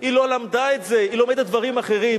היא לא למדה את זה, היא לומדת דברים אחרים.